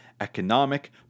economic